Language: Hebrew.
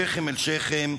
שכם אל שכם,